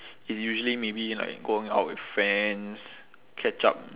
it's usually maybe like going out with friends catch up